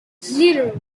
zero